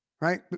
right